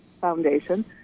foundation